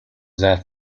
that